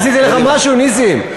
עשיתי לך משהו, נסים?